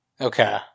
Okay